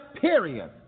period